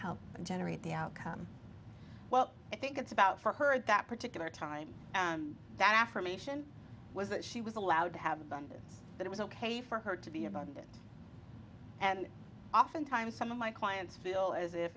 help generate the outcome well i think it's about for her at that particular time that affirmation was that she was allowed to have abundance that it was ok for her to be abundant and oftentimes some of my clients feel as if